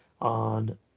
on